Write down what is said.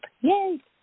Yay